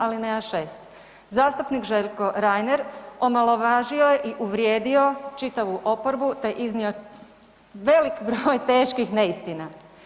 Alineja 6. Zastupnik Željko Reiner omalovažio je i uvrijedio čitavu oporbu te iznio velik broj teških neistina.